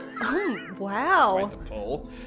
Wow